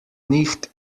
nicht